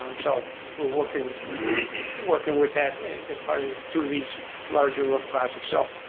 um so we're working working with that as part of the two of these larger roof projects, so.